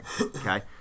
Okay